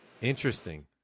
Interesting